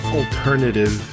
alternative